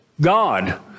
God